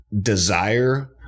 desire